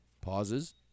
Pauses